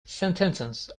sentences